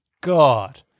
God